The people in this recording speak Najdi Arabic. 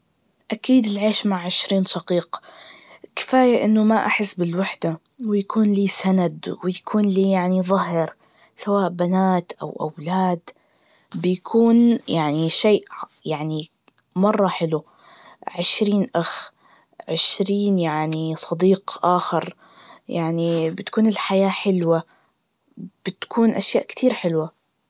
أكيد العيش مع عشرين شقيق, كفاية إنه ما أحس بالوحدة, ويكون لي سند, ويكون لي يعني ظهر, سواء بنات أو أولاد, بيكون يعني شي يعني مرة حلو, عشرين أخ, عشرين يعني صديق آخر, يعني بتكون الحياة حلوة, بتكون أشياء كتير حلوة.